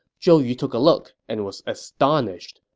zhou yu took a look and was astonished.